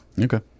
Okay